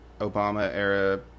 Obama-era